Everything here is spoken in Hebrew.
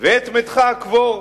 ואת מתך קבר.